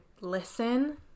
listen